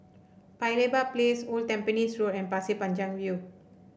Paya Lebar Place Old Tampines Road and Pasir Panjang View